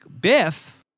Biff